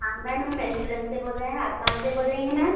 हाँ मैम हम रेश्टोरेंट से बोल रहे हैं आप कहाँ से बोल रही हैं मैम